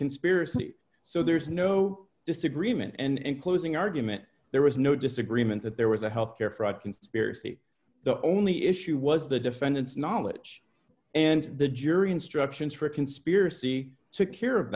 conspiracy so there's no disagreement and in closing argument there was no disagreement that there was a health care fraud conspiracy the only issue was the defendant's knowledge and the jury instructions for a conspiracy